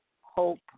hope